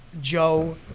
Joe